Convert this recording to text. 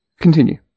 Continue